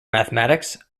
mathematics